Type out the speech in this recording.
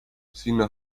sinna